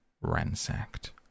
ransacked